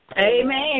Amen